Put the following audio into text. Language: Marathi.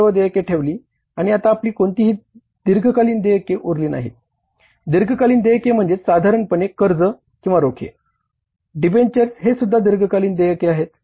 सर्वात दीर्घकालीन देयक हे सुद्धा दीर्घकालीन देयक आहेत